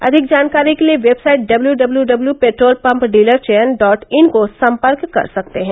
अविक जानकारी के लिए website W W W W W petrol pump dealer चयन डॉट इन को सम्पर्क कर सकते हैं